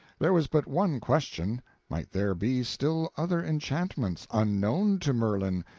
there was but one question might there be still other enchantments, unknown to merlin,